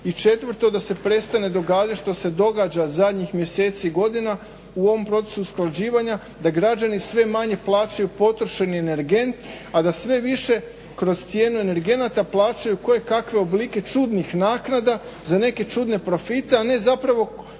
i četvrto da se prestane događati što se događa zadnjih mjeseci i godina u ovom procesu usklađivanja da građani sve manje plaćaju potrošeni energent a da sve više kroz cijenu energenata plaćaju kojekakve oblike čudnih naknada za neke čudne profite, a ne zapravo